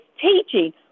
teaching